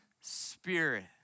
Spirit